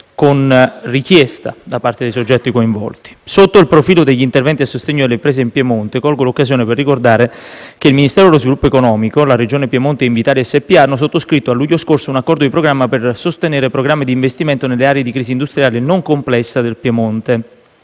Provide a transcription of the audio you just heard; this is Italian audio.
con richiesta da parte dei soggetti coinvolti. Sotto il profilo degli interventi a sostegno delle imprese in Piemonte, colgo l'occasione per ricordare che il Ministero dello sviluppo economico, la Regione Piemonte e Invitalia SpA hanno sottoscritto, a luglio scorso, un accordo di programma per sostenere programmi di investimento nelle aree di crisi industriale non complessa del Piemonte